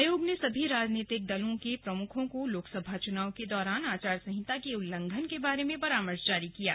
आयोग ने सभी राजनीतिक दलों के प्रमुखों को लोकसभा चुनाव के दौरान आचार संहिता के उल्लंघन के बारे में परामर्श जारी किया है